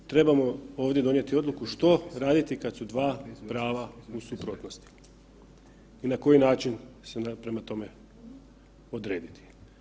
Mi trebamo ovdje donijeti odluku što raditi kad su dva prava u suprotnosti i na koji način se prema tome odrediti.